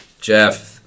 Jeff